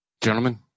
gentlemen